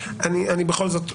בכל זאת,